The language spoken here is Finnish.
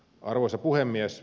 arvoisa puhemies